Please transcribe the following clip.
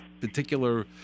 particular